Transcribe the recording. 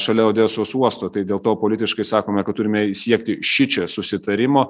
šalia odesos uosto tai dėl to politiškai sakome kad turime siekti šičia susitarimo